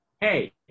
hey